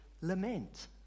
lament